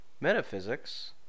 Metaphysics